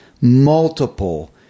multiple